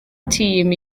tîm